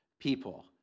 people